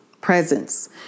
presence